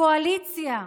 קואליציה.